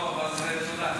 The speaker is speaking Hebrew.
לא, אבל זה, תודה.